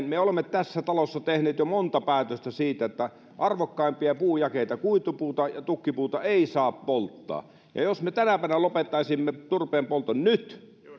me olemme tässä talossa tehneet jo monta päätöstä siitä että arvokkaimpia puujakeita kuitupuuta ja tukkipuuta ei saa polttaa ja jos me nyt tänä päivänä lopettaisimme turpeenpolton se